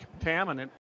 contaminant